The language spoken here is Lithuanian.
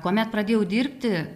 kuomet pradėjau dirbti